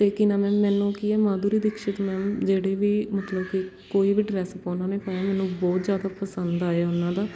ਅਤੇ ਕੀ ਨਾਮ ਹੈ ਮੈਨੂੰ ਕੀ ਹੈ ਮਾਧੁਰੀ ਦੀਕਸ਼ਿਤ ਮੈਮ ਜਿਹੜੇ ਵੀ ਮਤਲਬ ਕਿ ਕੋਈ ਵੀ ਡ੍ਰੈਸ ਉਹਨਾਂ ਨੇ ਪਾਇਆ ਮੈਨੂੰ ਬਹੁਤ ਜ਼ਿਆਦਾ ਪਸੰਦ ਆਇਆ ਉਹਨਾਂ ਦਾ